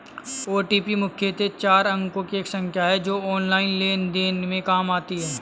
OTP मुख्यतः चार अंकों की एक संख्या है जो ऑनलाइन लेन देन में काम आती है